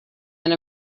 and